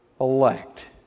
elect